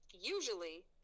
usually